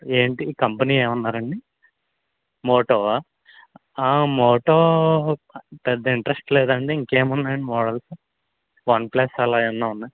ఏంటి కంపెనీ ఏమన్నారండి మోటోవా మోటో పెద్ద ఇంట్రెస్ట్ లేదండి ఇంకా ఏమున్నాయి మోడల్స్ వన్ ప్లస్ అలా ఏమన్నా ఉన్నాయా